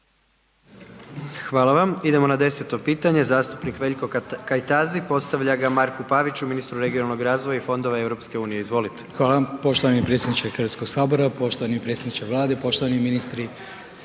(HDZ)** Idemo na 10. pitanje, zastupnik Veljko Kajtazi postavlja ga Marku Paviću, ministru regionalnog razvoja i fondova EU-a, izvolite. **Kajtazi, Veljko (Nezavisni)** Hvala. Poštovani predsjedniče Hrvatskog sabora, poštovani predsjedniče Vlade, poštovani ministri.